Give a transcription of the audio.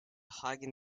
hagen